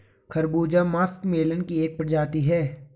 खरबूजा मस्कमेलन की एक प्रजाति है